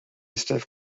stiff